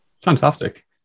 fantastic